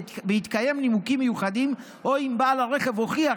בהתקיים נימוקים מיוחדים או אם בעל הרכב הוכיח